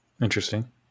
Interesting